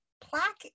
plaque